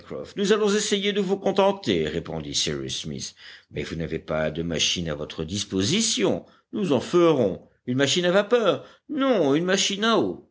nous allons essayer de vous contenter répondit cyrus smith mais vous n'avez pas de machine à votre disposition nous en ferons une machine à vapeur non une machine à eau